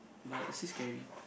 but it's still scary